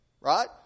right